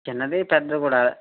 చిన్నది పెద్దది కూడా